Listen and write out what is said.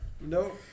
No